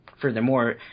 furthermore